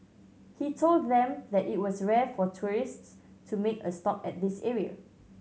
he told them that it was rare for tourists to make a stop at this area